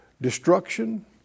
destruction